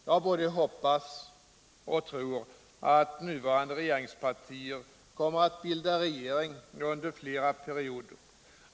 Jag både hoppas och tror att nuvarande regeringspartier kommer att bilda regering under flera perioder.